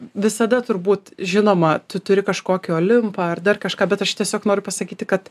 visada turbūt žinoma tu turi kažkokį olimpą ar dar kažką bet aš tiesiog noriu pasakyti kad